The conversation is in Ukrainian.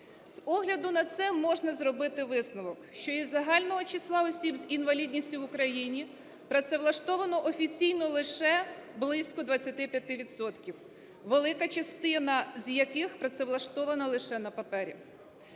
З огляду на це можна зробити висновок, що із загального числа осіб з інвалідністю в Україні працевлаштовано офіційно лише близько 25 відсотків, велика частина з яких працевлаштована лише на папері.